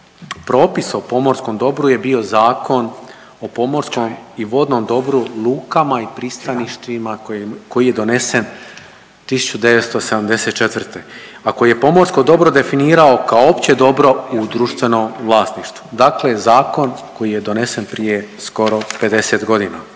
propis o pomorskom dobru je bio Zakon o pomorskom i vodnom dobru, lukama i pristaništima koji je donesen 1974., a koji je pomorsko dobro definirao kao opće dobro u društvenom vlasništvu, dakle zakon koji je donesen prije skoro 50.g..